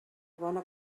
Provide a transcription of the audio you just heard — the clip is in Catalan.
bona